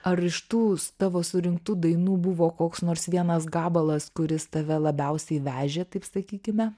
ar iš tų savo surinktų dainų buvo koks nors vienas gabalas kuris tave labiausiai vežė taip sakykime